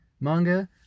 manga